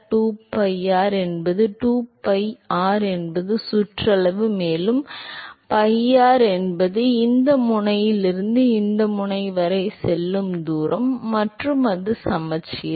2pi r என்பது 2pi r என்பது சுற்றளவு மேலும் pi r என்பது இந்த முனையிலிருந்து இந்த முனை வரை செல்லும் தூரம் மற்றும் அது சமச்சீர்